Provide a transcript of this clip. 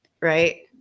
right